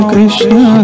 Krishna